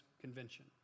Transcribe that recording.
Convention